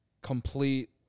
complete